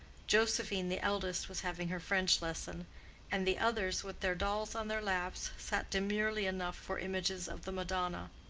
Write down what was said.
josephine, the eldest, was having her french lesson and the others, with their dolls on their laps, sat demurely enough for images of the madonna.